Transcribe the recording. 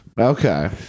Okay